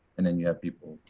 and then you have people,